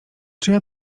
czyja